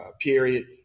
period